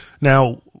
now